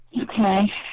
Okay